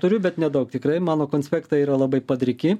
turiu bet nedaug tikrai mano konspektai yra labai padriki